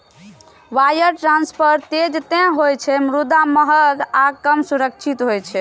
wire transfer तेज तं होइ छै, मुदा महग आ कम सुरक्षित होइ छै